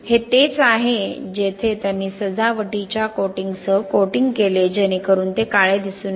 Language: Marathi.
हे तेच आहे जेथे त्यांनी सजावटीच्या कोटिंगसह कोटिंग केले जेणेकरून ते काळे दिसू नये